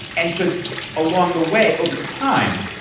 and so along the way, over time,